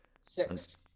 Six